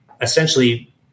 essentially